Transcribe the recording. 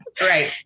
right